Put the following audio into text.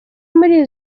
muri